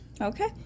Okay